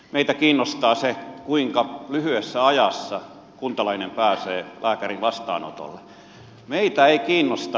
meitä kiinnostaa se kuinka lyhyessä ajassa kuntalainen pääsee lääkärin vastaanotolle